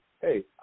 Hey